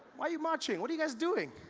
why you marching? what you guys doing?